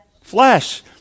flesh